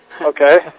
Okay